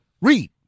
Read